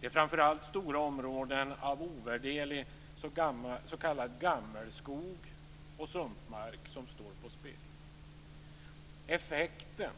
Det är framför allt stora områden av ovärderlig s.k. gammelskog och sumpmark som står på spel. Effekten